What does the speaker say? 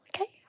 Okay